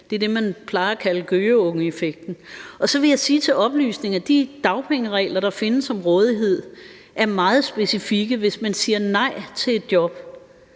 Det er det, man plejer at kalde gøgeungeeffekten. Så vil jeg til oplysning sige, at de dagpengeregler, der findes om rådighed, er meget specifikke. Hvis man siger nej til et job,